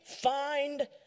find